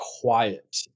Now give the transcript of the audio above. quiet